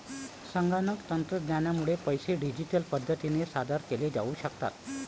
संगणक तंत्रज्ञानामुळे पैसे डिजिटल पद्धतीने सादर केले जाऊ शकतात